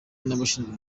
n’abashinzwe